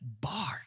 bark